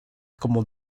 como